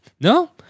No